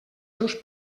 seus